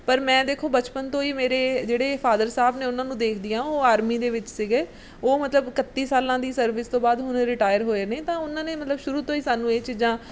ਪਰ ਮੈਂ ਦੇਖੋ ਬਚਪਨ ਤੋਂ ਹੀ ਮੇਰੇ ਜਿਹੜੇ ਫਾਦਰ ਸਾਹਿਬ ਨੇ ਉਹਨਾਂ ਨੂੰ ਦੇਖਦੀ ਹਾਂ ਉਹ ਆਰਮੀ ਦੇ ਵਿੱਚ ਸੀਗੇ ਉਹ ਮਤਲਬ ਇਕੱਤੀ ਸਾਲਾਂ ਦੀ ਸਰਵਿਸ ਤੋਂ ਬਾਅਦ ਹੁਣ ਰਿਟਾਇਰ ਹੋਏ ਨੇ ਤਾਂ ਉਹਨਾਂ ਨੇ ਮਤਲਬ ਸ਼ੁਰੂ ਤੋਂ ਮਤਲਬ ਸਾਨੂੰ ਇਹ ਚੀਜ਼ਾਂ